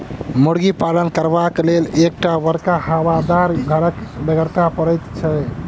मुर्गी पालन करबाक लेल एक टा बड़का हवादार घरक बेगरता पड़ैत छै